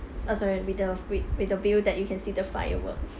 oh sorry with the with with the view that you can see the firework